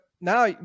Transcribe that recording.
now